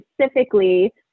specifically